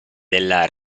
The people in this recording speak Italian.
della